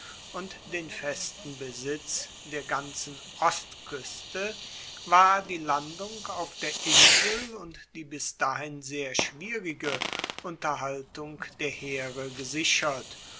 und den festen besitz der ganzen ostkueste war die landung auf der insel und die bis dahin sehr schwierige unterhaltung der heere gesichert